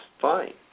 fine